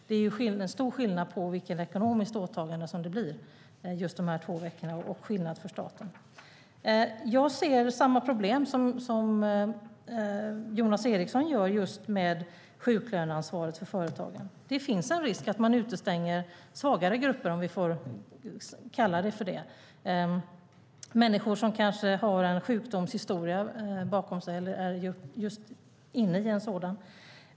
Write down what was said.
Det är stor skillnad på vilket ekonomiskt åtagande det blir för just dessa två veckor, och skillnad för staten. Jag ser samma problem som Jonas Eriksson just med sjuklöneansvaret för företagen. Det finns en risk att man utestänger svagare grupper, om jag får kalla dem så, alltså människor som kanske har en sjukdomshistoria bakom sig eller som är sjuka.